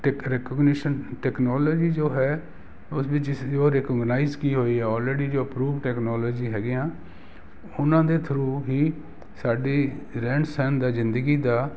tech recognition technology ਜੋ ਹੈ ਉਸ ਵਿੱਚ ਜਿਸ ਉਹ ਰੈਕੋਗਨਾਈਜ਼ ਕੀਤੀ ਹੋਈ ਔਲਰੇਡੀ ਜੋ ਪਰੂਵ ਟੈਕਨੋਲਜੀ ਹੈਗੀਆਂ ਉਹਨਾਂ ਦੇ ਥਰੂੂ ਹੀ ਸਾਡੀ ਰਹਿਣ ਸਹਿਣ ਦਾ ਜ਼ਿੰਦਗੀ ਦਾ